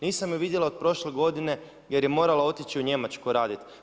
Nisam je vidjela od prošle godine jer je morala otići u Njemačku raditi.